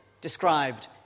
described